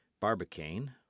Barbicane